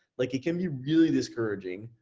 like it can be really discouraging.